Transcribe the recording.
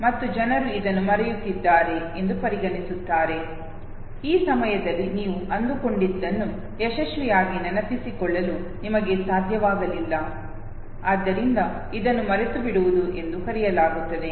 ಮತ್ತು ಜನರು ಇದನ್ನು ಮರೆಯುತ್ತಿದ್ದಾರೆ ಎಂದು ಪರಿಗಣಿಸುತ್ತಾರೆ ಈ ಸಮಯದಲ್ಲಿ ನೀವು ಅಂದುಕೊಂಡಿದ್ದನ್ನು ಯಶಸ್ವಿಯಾಗಿ ನೆನಪಿಸಿಕೊಳ್ಳಲು ನಿಮಗೆ ಸಾಧ್ಯವಾಗಲಿಲ್ಲ ಆದ್ದರಿಂದ ಇದನ್ನು ಮರೆತುಬಿಡುವುದು ಎಂದು ಕರೆಯಲಾಗುತ್ತದೆ